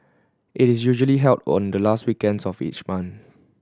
it is usually held on the last weekends of each month